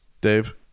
Dave